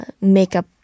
makeup